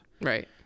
Right